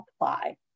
apply